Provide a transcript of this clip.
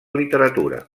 literatura